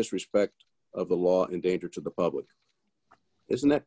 disrespect of the law in danger to the public isn't that